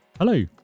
Hello